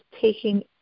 taking